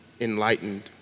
enlightened